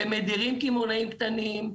ומדירים קמעונאים קטנים,